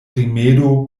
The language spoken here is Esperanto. rimedo